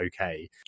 okay